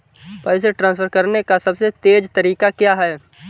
पैसे ट्रांसफर करने का सबसे तेज़ तरीका क्या है?